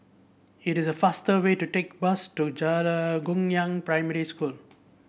it is the faster way to take bus to Guangyang Primary School